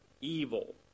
evil